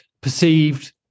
perceived